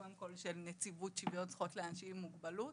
קודם כל של נציבות שוויון זכויות לאנשים עם מוגבלות,